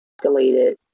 escalated